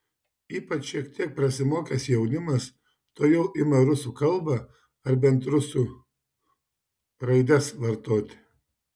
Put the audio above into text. ypač šiek tiek prasimokęs jaunimas tuojau ima rusų kalbą ar bent rusų raides vartoti